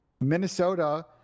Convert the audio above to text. Minnesota